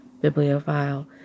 bibliophile